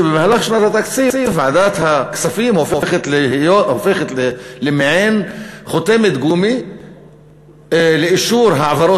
שבמהלך שנת התקציב ועדת הכספים הופכת למעין חותמת גומי לאישור העברות